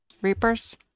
reapers